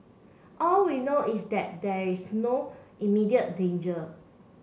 all we know is that there is no immediate danger